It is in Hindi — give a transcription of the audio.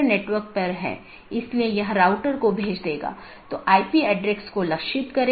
इसका मतलब है कि कौन से पोर्ट और या नेटवर्क का कौन सा डोमेन आप इस्तेमाल कर सकते हैं